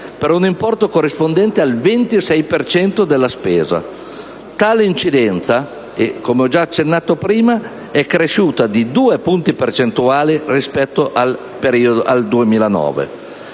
per un importo corrispondente al 26 per cento della spesa. Tale incidenza - come ho già accennato in precedenza - è cresciuta di due punti percentuali rispetto al 2009.